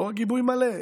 לא רק גיבוי מלא,